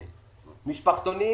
משפחתונים,